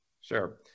Sure